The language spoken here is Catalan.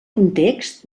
context